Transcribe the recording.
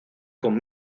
con